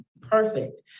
perfect